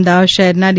અમદાવાદ શહેરના ડી